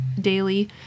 daily